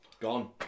gone